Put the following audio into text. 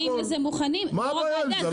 זה מוכיח את זה שהם לא באים לזה מוכנים לוועדה,